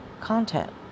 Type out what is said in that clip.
content